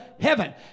heaven